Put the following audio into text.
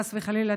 חס וחלילה,